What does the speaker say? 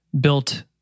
built